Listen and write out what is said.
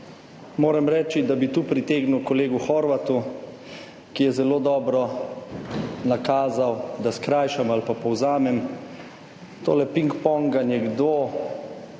moram reči, da bi tu pritegnil kolegu Horvatu, ki je zelo dobro nakazal, da skrajšam ali pa povzamem, tole pingponganje, kdo